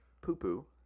poo-poo